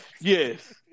Yes